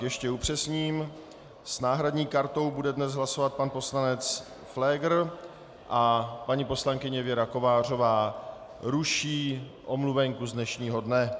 Ještě upřesním, s náhradní kartou bude dnes hlasovat pan poslanec Pfléger a paní poslankyně Věra Kovářová ruší omluvenku z dnešního dne.